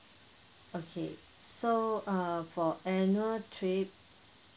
okay so err for annual trip